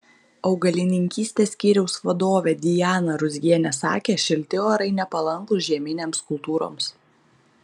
augalininkystės skyriaus vadovė dijana ruzgienė sakė šilti orai nepalankūs žieminėms kultūroms